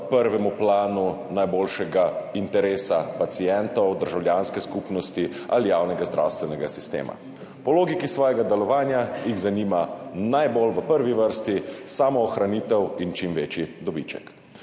v prvem planu najboljšega interesa pacientov, državljanske skupnosti ali javnega zdravstvenega sistema, po logiki svojega delovanja jih zanimata najbolj, v prvi vrsti samoohranitev in čim večji dobiček.